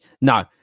no